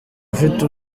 ufite